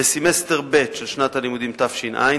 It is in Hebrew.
בסמסטר ב' של שנת הלימודים תש"ע,